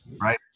right